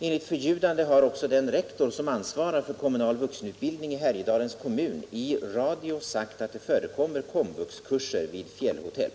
Enligt förljudande har också den rektor som ansvarar för kommunal vuxenutbildning i Härjedalens kommun i radio sagt att det förekommer komvuxkurser vid fjällhotell.